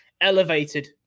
elevated